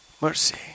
Mercy